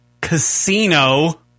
Casino